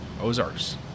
Ozarks